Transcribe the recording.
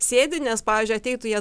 sėdi nes pavyzdžiui ateitų jie